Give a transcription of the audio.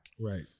Right